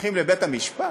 הולכים לבית-המשפט?